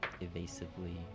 evasively